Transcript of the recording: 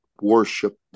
worship